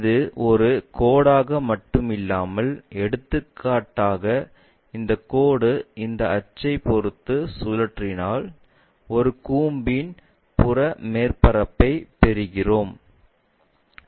இது ஒரு கோடாக மட்டுமிருந்தால் எடுத்துக்காட்டாக இந்த கோடு இந்த அச்சைப் பொறுத்து சுற்றினால் ஒரு கூம்பின் புற மேற்பரப்பைப் பெறுகிறோம்